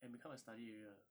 and become a study area